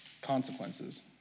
consequences